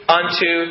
unto